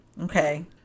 Okay